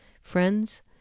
friends